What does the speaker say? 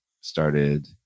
started